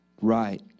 Right